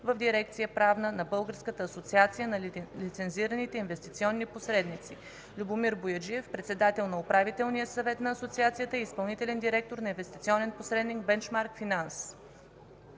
в дирекция „Правна”; на Българската асоциация на лицензираните инвестиционни посредници: Любомир Бояджиев – председател на Управителния съвет на Асоциацията и изпълнителен директор на инвестиционен посредник „БенчМарк Финанс”.